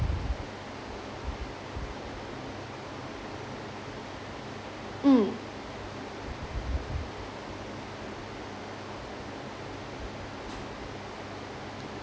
mm